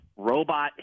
robot